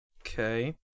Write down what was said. Okay